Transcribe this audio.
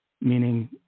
meaning